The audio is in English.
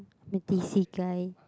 the DC guy